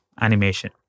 animation